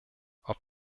auf